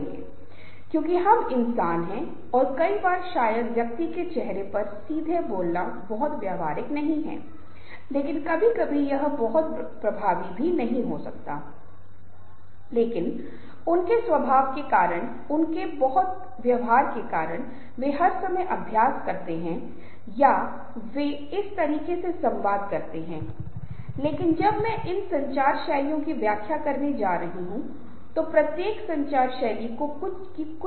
तो ये प्रक्रिया है और इन प्रक्रियाओं के माध्यम से एक समूह आगे बढ़ सकता है और काम कर सकता है लेकिन हमेशा केंद्र में है कि ठीक से बोलना संचार प्रभावी ढंग से संवाद करना यह बहुत महत्वपूर्ण है हम सभी बात करते हैं हम सभी संवाद करते हैं हम सभी बातचीत करते हैं लेकिन सबसे महत्वपूर्ण बात यह है कि प्रभावी रूप से लोगों को एक साथ कैसे लाया जाए